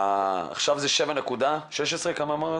עכשיו זה 7.16, כמה אמרתם?